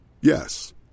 Yes